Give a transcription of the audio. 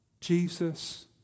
Jesus